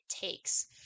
takes